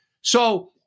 So-